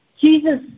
Jesus